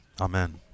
Amen